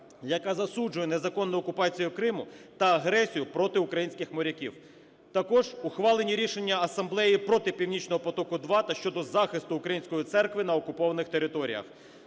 яка засуджує незаконну окупацію Криму та агресію проти українських моряків. Також ухвалені рішення асамблеї проти "Північного потоку-2" та щодо захисту Української церкви на окупованих територіях.